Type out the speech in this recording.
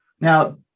Now